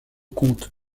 comte